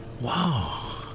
Wow